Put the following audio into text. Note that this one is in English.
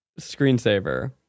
screensaver